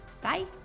Bye